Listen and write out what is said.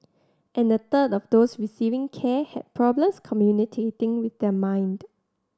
and a third of those receiving care had problems communicating with their mind